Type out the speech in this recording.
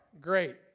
Great